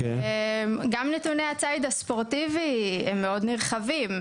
גם נתוני הציד הספורטיבי הם מאוד נרחבים.